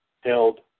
held